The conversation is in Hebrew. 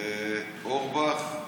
אורבך,